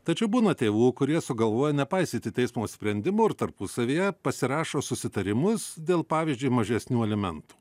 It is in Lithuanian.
tačiau būna tėvų kurie sugalvoja nepaisyti teismo sprendimų ir tarpusavyje pasirašo susitarimus dėl pavyzdžiui mažesnių alimentų